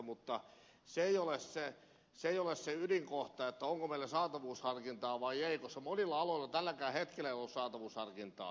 mutta se ei ole ydinkohta onko meillä saatavuusharkintaa vai ei koska monilla aloilla ei ole tälläkään hetkellä saatavuusharkintaa